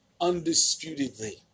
undisputedly